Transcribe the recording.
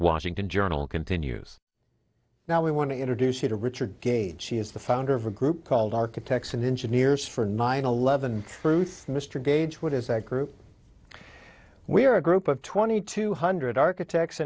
washington journal continues now we want to introduce you to richard gage she is the founder of a group called architects and engineers for nine eleven and mr gage what is that group we are a group of twenty two hundred architects